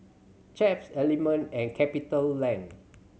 Chaps Element and CapitaLand